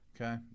Okay